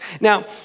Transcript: Now